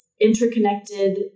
interconnected